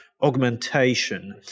augmentation